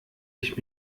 ich